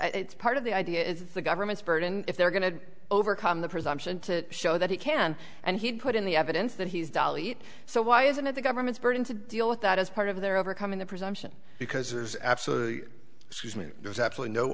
it's part of the idea is the government's burden if they're going to overcome the presumption to show that he can and he'd put in the evidence that he's dolly so why isn't it the government's burden to deal with that as part of their overcoming the presumption because there's absolutely there's absolutely no